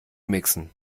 mixen